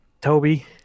Toby